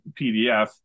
PDF